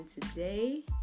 today